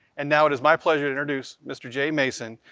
and now it is my pleasure to introduce mr. jay mason,